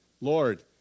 Lord